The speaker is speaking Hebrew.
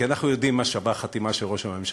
כי אנחנו יודעים מה שווה חתימה של ראש הממשלה.